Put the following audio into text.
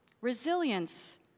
Resilience